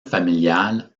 familiale